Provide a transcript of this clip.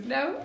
no